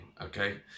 okay